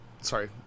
Sorry